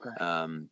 Okay